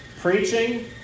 preaching